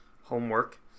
homework